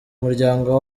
muryango